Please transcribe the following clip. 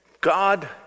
God